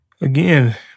again